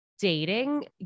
dating